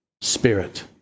spirit